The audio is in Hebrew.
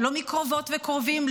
לא מקרובות וקרובים,